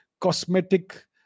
cosmetic